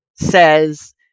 says